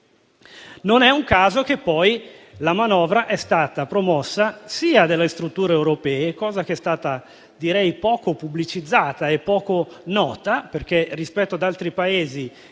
Non è un caso che poi la manovra sia stata promossa dalle strutture europee, cosa che è stata direi poco pubblicizzata e poco nota. Rispetto ad altri Paesi che hanno